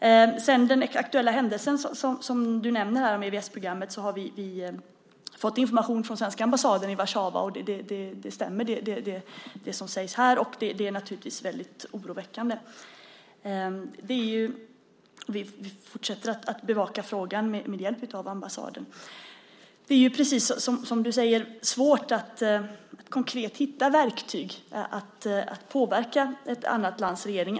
Sedan gäller det den aktuella händelse som du nämner om EVS-programmet. Vi har fått information från svenska ambassaden i Warszawa. Det som sägs här stämmer, och det är naturligtvis väldigt oroväckande. Vi fortsätter att bevaka frågan med hjälp av ambassaden. Det är, precis som du säger, svårt att hitta konkreta verktyg för att påverka ett annat lands regering.